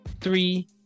three